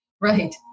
right